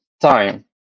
time